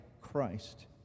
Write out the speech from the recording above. Christ